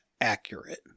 accurate